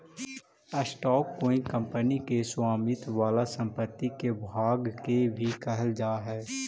stock कोई company के स्वामित्व वाला संपत्ति के भाग के भी कहल जा हई